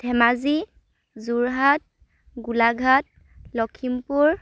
Dhemaji Jorhat Golaghat Lakhimpur